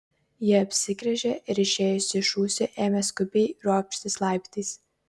ji apsigręžė ir išėjusi iš rūsio ėmė skubiai ropštis laiptais